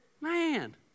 Man